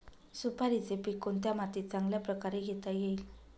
सुपारीचे पीक कोणत्या मातीत चांगल्या प्रकारे घेता येईल?